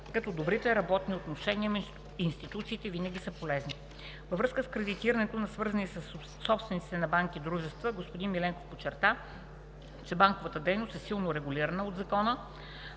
като добрите работни отношения между институциите винаги са полезни. Във връзка с кредитирането на свързани със собствениците на банки дружества господин Миленков подчерта, че банковата дейност е силно регулирана от закона